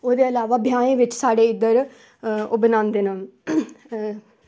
ओह्दे इलावा ब्याहें च साढ़े इद्धर ओह् बनांदे न